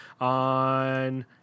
on